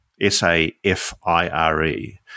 S-A-F-I-R-E